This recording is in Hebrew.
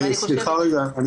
אני